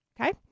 Okay